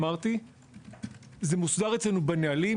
אמרתי שזה מוסדר אצלנו בנהלים,